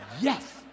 Yes